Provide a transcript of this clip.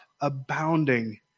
abounding